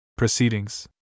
proceedings